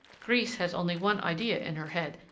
grise has only one idea in her head,